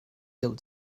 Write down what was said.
deuh